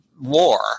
war